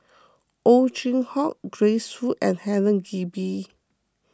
Ow Chin Hock Grace Fu and Helen Gilbey